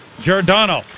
Giordano